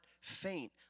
faint